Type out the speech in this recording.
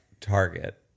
Target